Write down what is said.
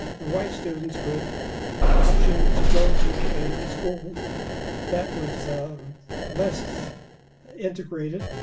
the white students could option to go to a school that was less integrated.